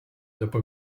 dopo